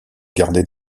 gardait